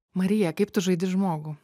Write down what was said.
marija kaip tu žaidi žmogų